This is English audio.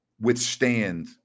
withstand